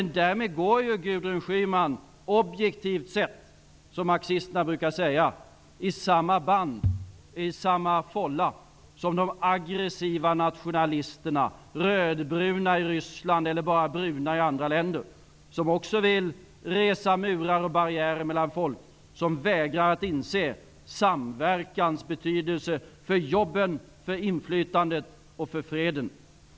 Därmed går Gudrun Schyman objektivt sett, som marxisterna brukar säga, i samma band, i samma fålla, som de aggressiva nationalisterna -- rödbruna i Ryssland, eller bara bruna i andra länder -- som också vill resa murar och barriärer mellan folk, och som vägrar att inse samverkans betydelse för jobben, för inflytandet och för freden.